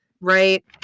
Right